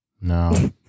No